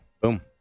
boom